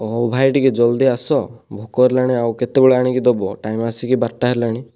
ହ ହେଉ ଭାଇ ଟିକିଏ ଜଲ୍ଦି ଆସ ଭୋକ ହେଲାଣି ଆଉ କେତେବଳେ ଆଣିକି ଦେବ ଟାଇମ୍ ଆସିକି ବାରଟା ହେଲାଣି